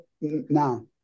now